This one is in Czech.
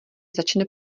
začne